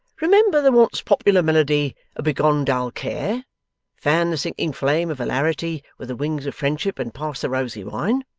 remember the once popular melody of begone dull care fan the sinking flame of hilarity with the wing of friendship and pass the rosy wine